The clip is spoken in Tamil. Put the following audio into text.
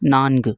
நான்கு